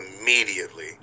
immediately